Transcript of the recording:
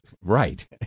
right